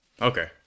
Okay